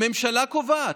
הממשלה קובעת.